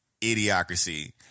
idiocracy